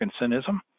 Parkinsonism